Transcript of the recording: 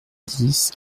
dix